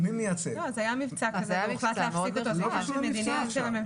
זה לא קשור למבצע.